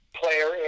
player